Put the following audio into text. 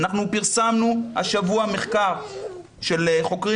אנחנו פרסמנו השבוע מחקר של חוקרים